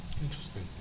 Interesting